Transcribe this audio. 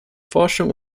forschung